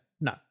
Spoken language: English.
No